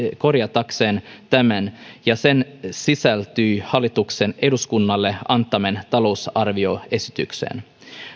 korjatakseen tämän ja se sisältyi hallituksen eduskunnalle antamaan talousarvioesitykseen